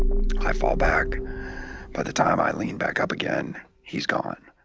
ah i fall back by the time i lean back up again. he's gone.